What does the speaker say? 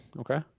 Okay